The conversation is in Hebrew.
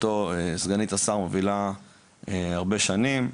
אותו סגנית השר מובילה הרבה שנים,